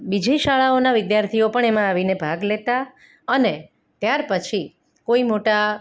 બીજી શાળાઓના વિદ્યાર્થીઓ પણ એમાં આવીને ભાગ લેતા અને ત્યાર પછી કોઈ મોટા